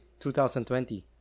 2020